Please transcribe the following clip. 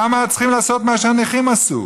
למה צריכים לעשות מה שהנכים עשו?